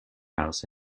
house